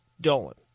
Dolan